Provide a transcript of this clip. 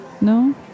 No